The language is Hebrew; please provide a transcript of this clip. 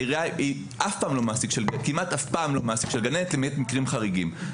העירייה היא אף פעם לא מעסיק של גננת למעט מקרים חריגים.